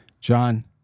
John